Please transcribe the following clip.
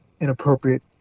inappropriate